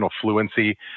fluency